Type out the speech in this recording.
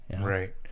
Right